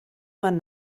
man